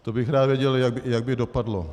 To bych rád věděl, jak by dopadlo.